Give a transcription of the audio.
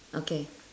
okay